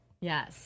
yes